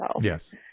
Yes